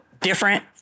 different